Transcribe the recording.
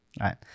right